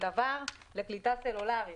לבין קליטה סלולרית.